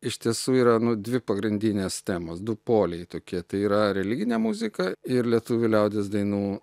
iš tiesų yra nu dvi pagrindinės temos du poliai tokie tai yra religinė muzika ir lietuvių liaudies dainų